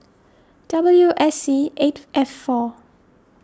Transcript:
W S C eight F four